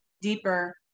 deeper